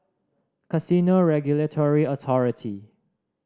Casino Regulatory Authority